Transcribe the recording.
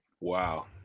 Wow